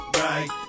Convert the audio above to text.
right